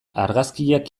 argazkiak